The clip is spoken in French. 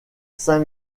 saint